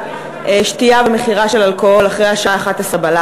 שתייה ומכירה של אלכוהול אחרי השעה 23:00,